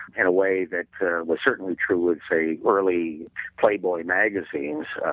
in a way that was certainly true, let's say early playboy magazines.